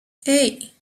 hey